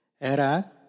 Era